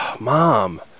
Mom